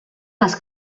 les